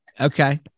Okay